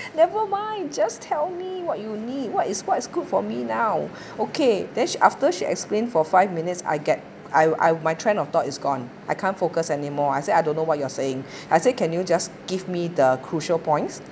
never mind just tell me what you need what is what is good for me now okay then she after she explained for five minutes I get I I my trend of thought is gone I can't focus anymore I say I don't know what you are saying I said can you just give me the crucial points